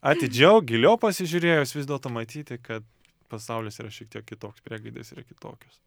atidžiau giliau pasižiūrėjus vis dėlto matyti kad pasaulis yra šiek tiek kitoks priegaidės yra kitokios